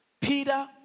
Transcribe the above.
Peter